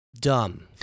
dumb